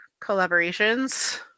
collaborations